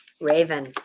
raven